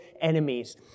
enemies